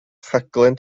rhaglen